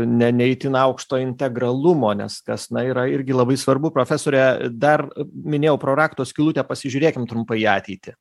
ne ne itin aukšto integralumo nes kas na yra irgi labai svarbu profesore dar minėjau pro rakto skylutę pasižiūrėkim trumpai į ateitį